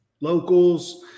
Locals